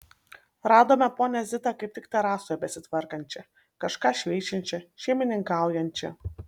radome ponią zitą kaip tik terasoje besitvarkančią kažką šveičiančią šeimininkaujančią